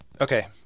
Okay